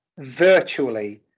virtually